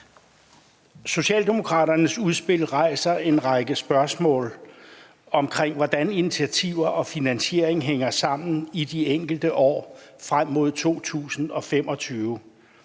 Socialdemokraternes udspil rejser en række spørgsmål om, hvordan initiativer og finansiering hænger sammen i de enkelte år frem mod 2025.